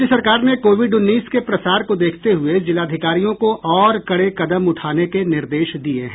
राज्य सरकार ने कोविड उन्नीस के प्रसार को देखते हुए जिलाधिकारियों को और कड़े कदम उठाने के निर्देश दिये हैं